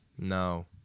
No